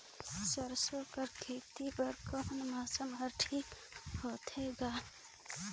सरसो कर खेती बर कोन मौसम हर ठीक होथे ग?